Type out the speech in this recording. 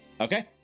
Okay